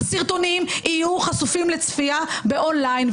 הסרטונים יהיו חשופים לצפייה אונליין.